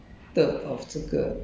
like